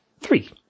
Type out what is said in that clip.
Three